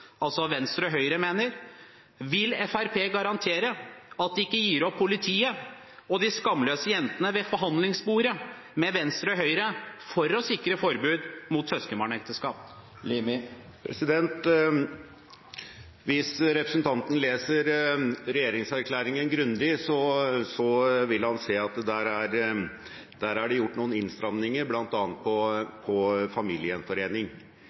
altså Venstre og Høyre, mener: Vil Fremskrittspartiet garantere at de ikke gir opp politiet og de skamløse jentene ved forhandlingsbordet med Venstre og Høyre – for å sikre et forbud mot søskenbarnekteskap? Hvis representanten leser regjeringserklæringen grundig, vil han se at det der er gjort noen innstramninger bl.a. når det gjelder familiegjenforening,